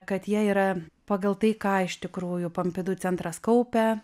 kad jie yra pagal tai ką iš tikrųjų pompidu centras kaupia